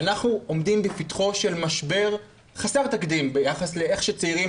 אנחנו עומדים בפתחו של משבר חסר תקדים ביחס לאיך שצעירים